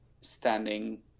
standing